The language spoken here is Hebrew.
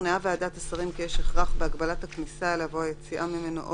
ושוכנעה ועדת השרים כי יש הכרח בהגבלת הכניסה אליו או היציאה ממנו או